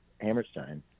Hammerstein